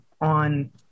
on